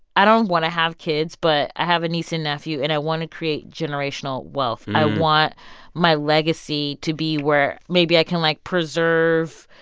i don't want to have kids, but i have a niece and nephew. and i want to create generational wealth. i want my legacy to be where maybe i can, like, preserve,